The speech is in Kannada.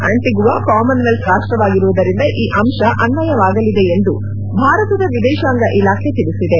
ಆಂಟಗುವಾ ಕಾಮನ್ ವೆಲ್ತ್ ರಾಷ್ಟವಾಗಿರುವುದರಿಂದ ಈ ಅಂಶ ಅನ್ವಯವಾಗಲಿದೆ ಎಂದು ಭಾರತದ ವಿದೇಶಾಂಗ ಇಲಾಖೆ ತಿಳಿಸಿದೆ